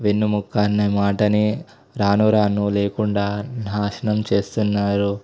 వెన్నెముక అనే మాటని రానురాను లేకుండా నాశనం చేస్తున్నారు